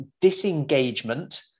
disengagement